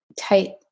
tight